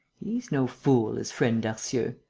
he's no fool, is friend darcieux!